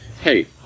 hey